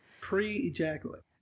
Pre-ejaculate